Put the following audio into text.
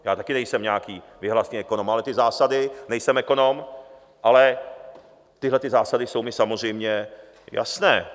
Já také nejsem nějaký věhlasný ekonom, ale ty zásady, nejsem ekonom, ale tyhle zásady jsou mi samozřejmě jasné.